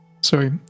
Sorry